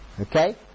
Okay